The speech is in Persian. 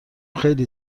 خیلی